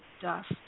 dust